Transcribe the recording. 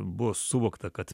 buvo suvokta kad